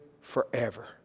forever